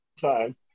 time